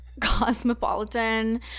cosmopolitan